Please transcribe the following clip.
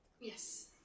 Yes